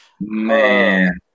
Man